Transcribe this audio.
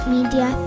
Media